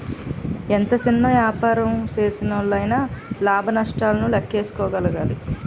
ఎంత సిన్న యాపారం సేసినోల్లయినా లాభ నష్టాలను లేక్కేసుకోగలగాలి